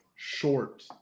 Short